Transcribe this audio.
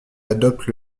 adopte